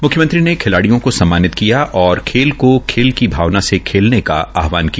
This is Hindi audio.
म्ख्यमंत्री ने खिलाडियों को सम्मानित किया और खेल को खेल की भावना से खेलने का आहवान किया